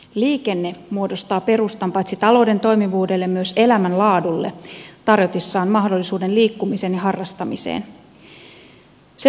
liikenne muodostaa perustan paitsi talouden toimivuudelle myös elämänlaadulle tarjotessaan mahdollisuuden liikkumiseen ja harrastamiseen